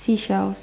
seashells